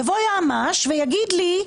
יבוא יועץ משפטי ויגיד לי: